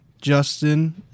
Justin